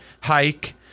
hike